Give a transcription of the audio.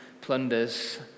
plunders